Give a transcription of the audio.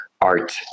art